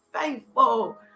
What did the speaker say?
faithful